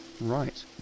Right